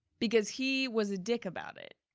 because he was a dick about it.